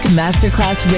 masterclass